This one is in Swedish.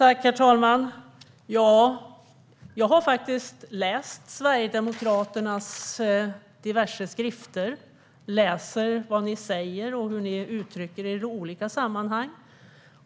Herr talman! Jag har faktiskt läst diverse sverigedemokratiska skrifter. Jag läser vad ni säger och hur ni uttrycker er i olika sammanhang.